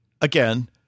again